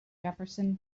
jefferson